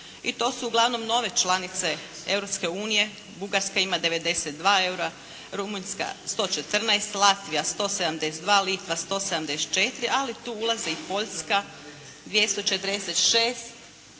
i to su uglavnom nove članice Europske unije. Bugarska ima 92 eura, Rumunjska 114, Latvija 172, Litva 174, ali tu ulazi i Poljska 246,